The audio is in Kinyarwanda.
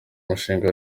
mushinga